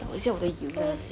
动一下我的油 ah